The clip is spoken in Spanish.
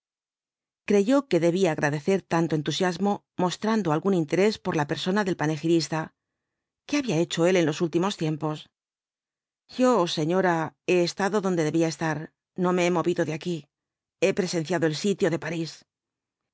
creyó que debía agradecer tanto entusiasmo mostrando algún interés por la persona del panegirista qué había hecho él en los últimos tiempos yo señora he estado donde debía estar no me h movido de aquí he presenciado el sitio de parís